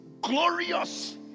glorious